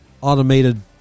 automated